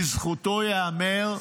לזכותו ייאמר: